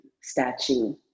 statue